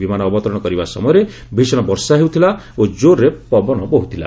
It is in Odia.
ବିମାନ ଅବତରଣ କରିବା ସମୟରେ ଭିଷଣ ବର୍ଷା ହେଉଥିଲା ଓ ଜୋରରେ ପବନ ବହୁଥିଲା